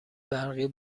برقی